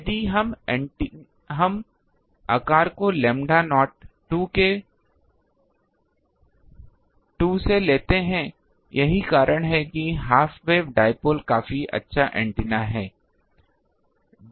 यदि हम आकार को लैम्ब्डा नॉट बाय 2 से लेते हैं यही कारण है कि हाफ वेव डाइपोल काफी अच्छा एंटेना है